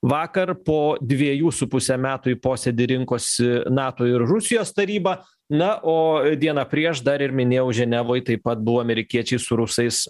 vakar po dviejų su puse metų į posėdį rinkosi nato ir rusijos taryba na o dieną prieš dar ir minėjau ženevoj taip pat buvo amerikiečiai su rusais